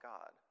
God